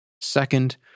Second